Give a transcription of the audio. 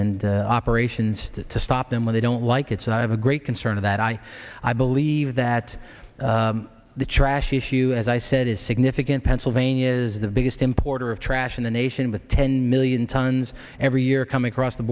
and operations to stop them when they don't like it so i have a great concern of that i i believe that the trash issue as i said is significant pennsylvania is the biggest importer of trash in the nation but ten million tons every year come across the